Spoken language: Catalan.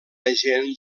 agent